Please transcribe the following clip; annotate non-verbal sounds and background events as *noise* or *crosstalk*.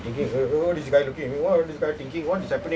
*laughs*